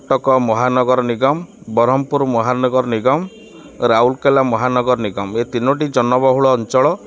କଟକ ମହାନଗର ନିଗମ ବ୍ରହ୍ମପୁର ମହାନଗର ନିଗମ ରାଉରକେଲା ମହାନଗର ନିଗମ ଏ ତିନୋଟି ଜନବହୁଳ ଅଞ୍ଚଳ